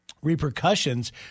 repercussions